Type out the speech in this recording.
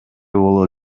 боло